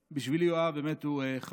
בשבילי יואב הוא באמת חבר,